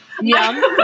Yum